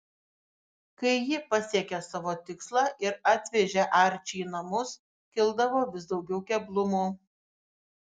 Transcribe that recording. kai ji pasiekė savo tikslą ir atvežė arčį į namus kildavo vis daugiau keblumų